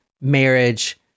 marriage